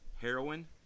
heroin